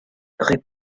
rue